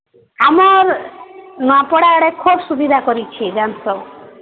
ଆମର୍ ନୂଆପଡ଼ା ଆଡ଼େ ଖୁବ୍ ସୁବିଧା କରିଛି ଜାଣି ଥାଅ